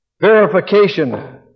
verification